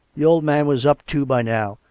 the old man was up too by now,